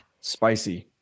Spicy